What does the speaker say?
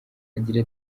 agira